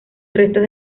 restos